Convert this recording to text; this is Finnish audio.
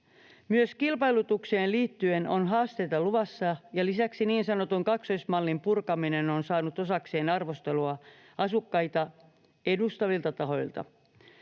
Myös kilpailutukseen liittyen on haasteita luvassa, ja lisäksi niin sanotun kaksoismallin purkaminen on saanut osakseen arvostelua asukkaita edustavilta tahoilta.